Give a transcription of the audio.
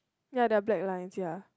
ya there are black lines ya